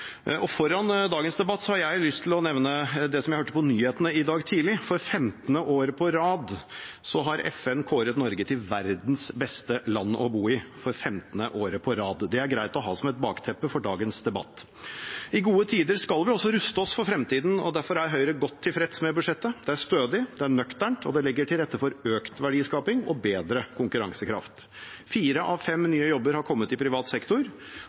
havs. Foran dagens debatt har jeg lyst til å nevne det som jeg hørte på nyhetene i dag tidlig. For 15. år på rad har FN kåret Norge til verdens beste land å bo i. Det er greit å ha som et bakteppe for dagens debatt. I gode tider skal vi også ruste oss for fremtiden, og derfor er Høyre godt tilfreds med budsjettet. Det er stødig, det er nøkternt, og det legger til rette for økt verdiskaping og bedre konkurransekraft. Fire av fem nye jobber har kommet i privat sektor,